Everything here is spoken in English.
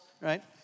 right